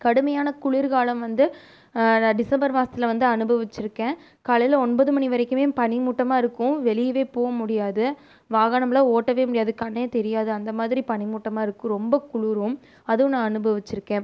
கடுமையான குளிர் காலம் வந்து நான் டிசம்பர் மாதத்துல வந்து அனுபவிச்சுருக்கேன் காலையில ஒன்பது மணி வரைக்குமே பனி மூட்டமாக இருக்கும் வெளியவே போக முடியாது வாகனம்லாம் ஒட்டவே முடியாது கண்ணே தெரியாது அந்த மாதிரி பனி மூட்டமாக இருக்கு ரொம்ப குளுரும் அதுவும் நான் அனுபவிச்சுருக்கேன்